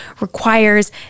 requires